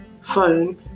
phone